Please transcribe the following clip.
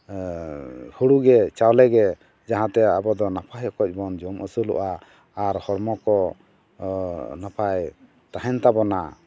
ᱦᱳᱲᱳ ᱜᱮ ᱪᱟᱣᱞᱮ ᱜᱮ ᱡᱟᱦᱟᱸᱛᱮ ᱟᱵᱚ ᱫᱚ ᱱᱟᱯᱟᱭ ᱚᱠᱚᱡ ᱵᱚᱱ ᱡᱚᱢᱟ ᱟᱹᱥᱩᱞᱚᱜᱼᱟ ᱟᱨ ᱦᱚᱲᱢᱚ ᱠᱚ ᱱᱟᱯᱟᱭ ᱛᱟᱦᱮᱱ ᱛᱟᱵᱚᱱᱟ